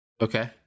Okay